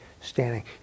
standing